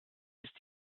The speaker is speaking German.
ist